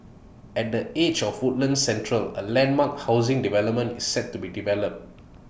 at the edge of Woodlands central A landmark housing development is set to be developed